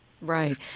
Right